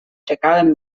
czekałem